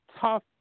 tough